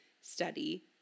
study